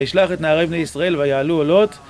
וישלח את נערי בני ישראל ויעלו עולות.